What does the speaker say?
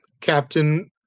Captain